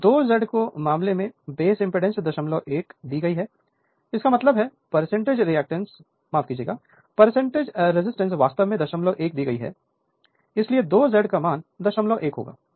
तो 2 जेड के मामले में बेस इंपेडेंस 01 दी गई है इसका मतलब है एज रजिस्टेंस वास्तव में 01 दी गई है इसलिए 2 जेड 01 होगा